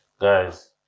Guys